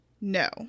No